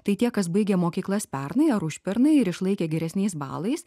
tai tie kas baigė mokyklas pernai ar užpernai ir išlaikė geresniais balais